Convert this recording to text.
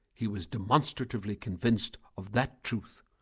he was demonstratively convinced of that truth.